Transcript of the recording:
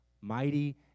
Mighty